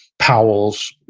powell's,